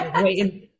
waiting